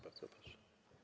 Bardzo proszę.